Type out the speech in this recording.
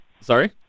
Sorry